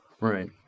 Right